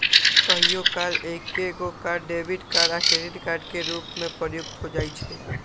कहियो काल एकेगो कार्ड डेबिट कार्ड आ क्रेडिट कार्ड के रूप में प्रयुक्त हो जाइ छइ